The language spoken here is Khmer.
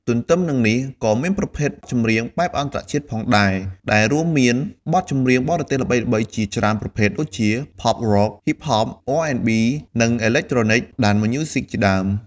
ទន្ទឹមនឹងនេះ ក៏មានប្រភេទ ចម្រៀងបែបអន្តរជាតិ ផងដែរ ដែលរួមមានបទចម្រៀងបរទេសល្បីៗជាច្រើនប្រភេទដូចជា Pop, Rock, Hip-hop, R&B, និង Electronic Dance Music ជាដើម។